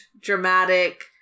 dramatic